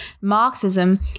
Marxism